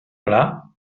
clar